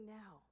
now